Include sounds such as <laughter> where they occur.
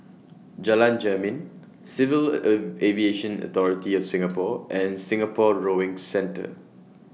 Jalan Jermin Civil <hesitation> Aviation Authority of Singapore and Singapore Rowing Centre